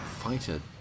Fighter